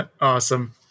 Awesome